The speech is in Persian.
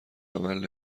عمل